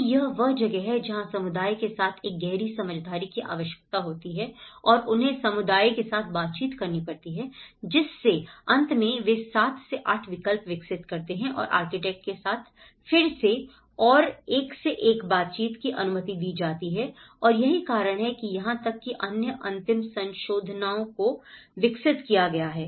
तो यह वह जगह है जहां समुदाय के साथ एक गहरी समझदारी की आवश्यकता होती है और उन्हें समुदाय के साथ बातचीत करनी पड़ती है जिससे अंत में वे 7 से 8 विकल्प विकसित करते हैं और आर्किटेक्ट के साथ फिर से और एक से एक बातचीत की अनुमति दी जाति है और यही कारण है कि यहां तक कि अन्य अंतिम संशोधनों को विकसित किया गया है